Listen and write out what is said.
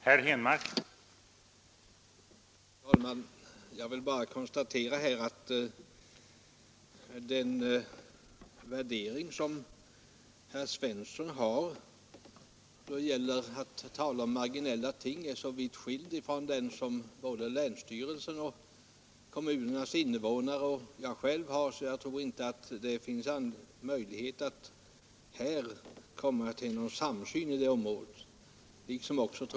Herr talman! Jag vill bara konstatera att den värdering som herr Svensson i Malmö har när det gäller marginella ting är så vitt skild från den som såväl länsstyrelsen, kommunernas invånare som jag själv har att jag inte tror att det finns möjlighet att komma till någon samsyn på det här området.